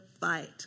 fight